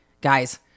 guys